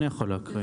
אני יכול להקריא.